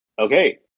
Okay